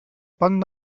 pont